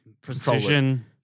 precision